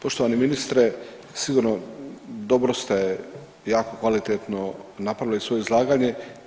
Poštovani ministre sigurno dobro ste jako kvalitetno napravili svoje izlaganje.